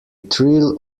trill